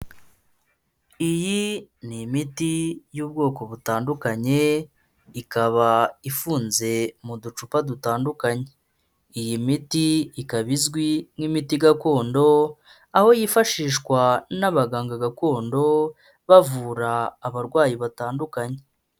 Iyi ni imiti y'ubwoko butandukanye, ikaba ifunze mu ducupa dutandukanye, iyi miti ikaba izwi nk'imiti gakondo, aho yifashishwa n'abaganga gakondo, bavura abarwayi batandukanye.